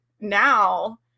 now